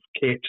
kit